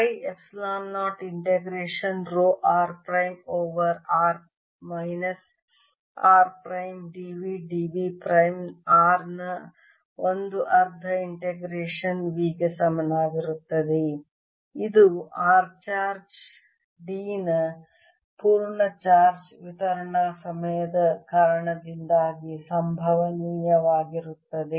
pi epsilon 0 integration rho r prime over r minus r prime dv dv prime r ನ 1 ಅರ್ಧ integration v ಗೆ ಸಮನಾಗಿರುತ್ತದೆ ಇದು r charge d ನ ಪೂರ್ಣ ಚಾರ್ಜ್ ವಿತರಣಾ ಸಮಯದ ಕಾರಣದಿಂದಾಗಿ ಸಂಭವನೀಯವಾಗಿರುತ್ತದೆ